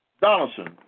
Donaldson